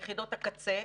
ביחידות הקצה,